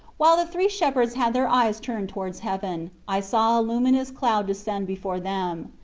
while the three shepherds had their eyes turned towards heaven, i saw a luminous cloud descend before them.